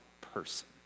person